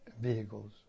vehicles